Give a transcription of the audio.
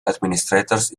administrators